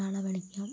നാളെ വിളിക്കാം